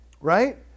right